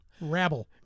Rabble